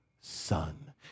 son